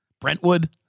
Brentwood